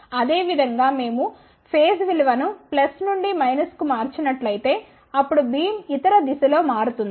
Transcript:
అదేవిధంగా మేము ఫేజ్ విలువలను నుండి కు మార్చినట్లయితే అప్పుడు బీమ్ ఇతర దిశలో మారుతుంది